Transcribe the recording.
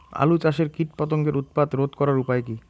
আলু চাষের কীটপতঙ্গের উৎপাত রোধ করার উপায় কী?